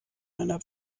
einer